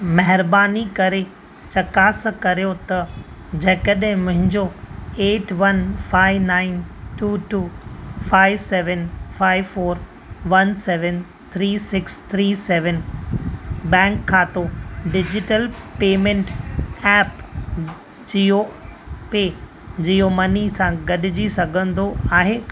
महिरबानी करे चकासु करियो त जेकॾहिं मुंहिंजो eight one five nine two two five seven five four one seven three six three seven bank खातो digital payment app Jio pay Jio money सां ॻडिजी सघंदो आहे